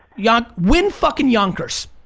yonk, win fucking yonkers.